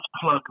plug